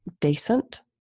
decent